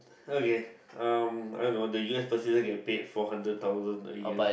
okay um I don't know the u_s president get paid four hundred thousand a year